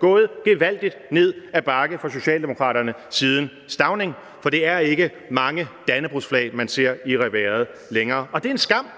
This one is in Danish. gået gevaldigt ned ad bakke for Socialdemokraterne siden Stauning, for det er ikke mange dannebrogsflag, man ser i reverset længere. Og det er en skam –